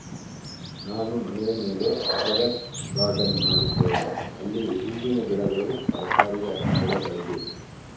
ನಾನು ಮನೆಯ ಮೇಲೆ ಟೆರೇಸ್ ಗಾರ್ಡೆನ್ ಮಾಡಿದ್ದೇನೆ, ಅಲ್ಲಿ ಹೂವಿನ ಗಿಡಗಳು, ತರಕಾರಿಯ ಗಿಡಗಳಿವೆ